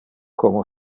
como